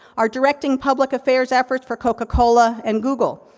are directing public affairs efforts for coca cola and google.